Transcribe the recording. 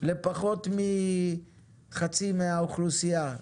לפחות מחצי מהאוכלוסיה,